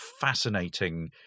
fascinating